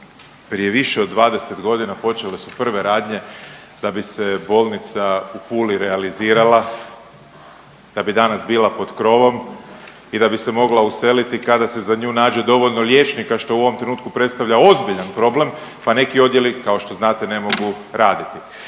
prije više od 20.g. počele su prve radnje da bi se bolnica u Puli realizirala, da bi danas bila pod krovom i da bi se mogla useliti kada se za nju nađe dovoljno liječnika, što u ovom trenutku predstavlja ozbiljan problem, pa neki odjeli, kao što znate, ne mogu raditi,